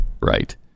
Right